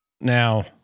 Now